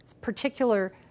particular